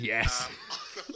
Yes